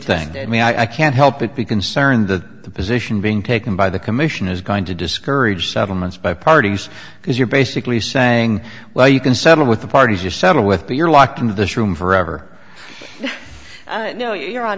thing to me i can't help but be concerned that the position being taken by the commission is going to discourage settlements by parties because you're basically saying well you can settle with the parties just settle with but you're locked in this room forever no your hon